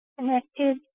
connected